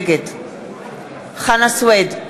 נגד חנא סוייד,